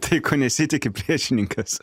tai ko nesitiki priešininkas